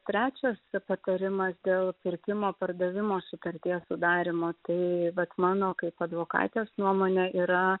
trečias patarimas dėl pirkimo pardavimo sutarties sudarymo tai vat mano kaip advokatės nuomone yra